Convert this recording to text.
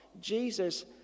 Jesus